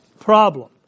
problem